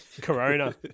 Corona